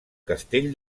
castell